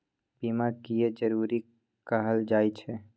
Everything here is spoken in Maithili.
बीमा किये जरूरी कहल जाय छै?